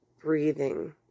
breathing